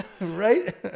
right